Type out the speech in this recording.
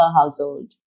household